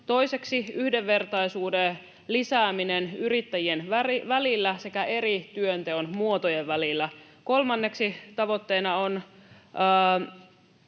toiseksi yhdenvertaisuuden lisääminen yrittäjien välillä sekä eri työnteon muotojen välillä, ja kolmanneksi tavoitteena on